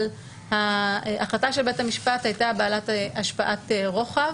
אבל ההחלטה של בית המשפט הייתה החלטה בעלת השפעת רוחב.